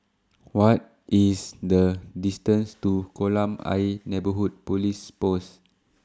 What IS The distance to Kolam Ayer Neighbourhood Police Post